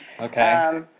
Okay